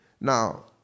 Now